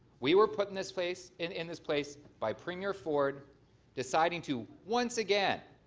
we were put in this place in in this place by premiere ford deciding to once again